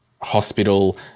hospital